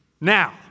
Now